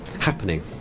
happening